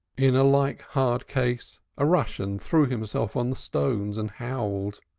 in like hard case a russian threw himself on the stones and howled.